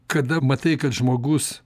kada matai kad žmogus